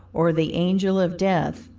or the angel of death,